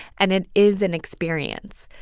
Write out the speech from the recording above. and it is an experience.